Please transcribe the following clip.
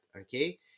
okay